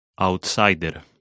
Outsider